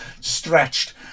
stretched